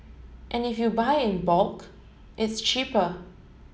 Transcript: and if you buy in bulk it's cheaper